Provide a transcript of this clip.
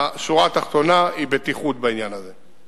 השורה התחתונה היא בטיחות בעניין הזה.